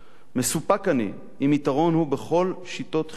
מסופק אני אם יתרון הוא בכל שיטות חינוכנו,